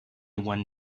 one